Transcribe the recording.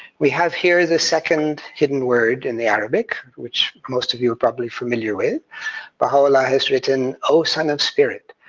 we have here the second hidden word in the arabic, which most of you are probably familiar with, but baha'u'llah has written oh son of spirit!